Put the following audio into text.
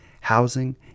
housing